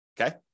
okay